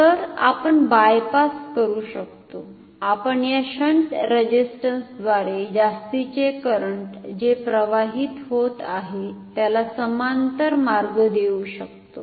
तर आपण बायपास करू शकतो आपण या शंट रेझिस्टन्स द्वारे जास्तीचे करंट जे प्रवाहित होत आहे त्याला समांतर मार्ग देऊ शकतो